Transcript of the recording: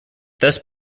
thus